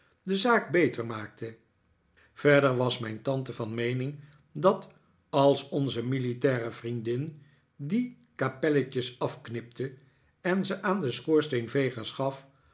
de zaak beter maakte verder was mijn tante van meening dat als onze militaire vriendin die kappelletjes afknipte en ze aan de schoorsteenvegers gaf